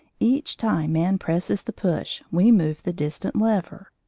each time man presses the push we move the distant lever.